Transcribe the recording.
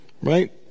Right